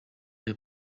the